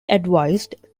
advised